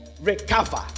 Recover